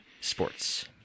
sports